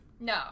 No